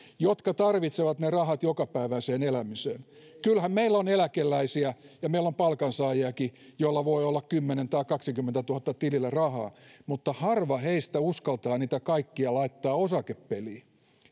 jotka tarvitsevat ne rahat jokapäiväiseen elämiseen kyllähän meillä on eläkeläisiä ja meillä on palkansaajiakin joilla voi olla kymmenentuhatta tai kahdellakymmenellätuhannella tilillä rahaa mutta harva heistä uskaltaa niitä kaikkia laittaa osakepeliin